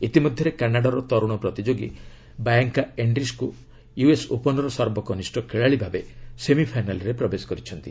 ଇତିମଧ୍ୟରେ କାନାଡ଼ାର ତର୍ଣ ପ୍ରତିଯୋଗୀ ବାୟାଙ୍କା ଏଣ୍ଡିସ୍କ ୟୁଏସ୍ ଓପନ୍ର ସର୍ବକନିଷ୍ଠ ଖେଳାଳି ଭାବେ ସେମିଫାଇନାଲ୍ରେ ପ୍ରବେଶ କରିଛନ୍ତି